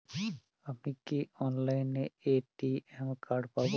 আমি কি অনলাইনে এ.টি.এম কার্ড পাব?